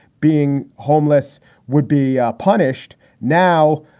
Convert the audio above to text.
being homeless would be punished. now,